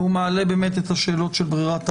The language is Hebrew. כי הוא מעלה את השאלות של ברירת המחדל.